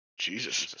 Jesus